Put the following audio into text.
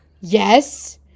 Yes